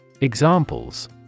Examples